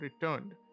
returned